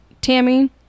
Tammy